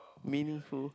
meaningful